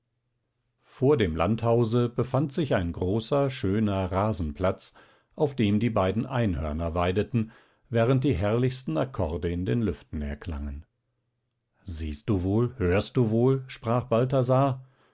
vor dem landhause befand sich ein großer schöner rasenplatz auf dem die beiden einhörner weideten während die herrlichsten akkorde in den lüften erklangen siehst du wohl hörst du wohl sprach balthasar